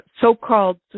so-called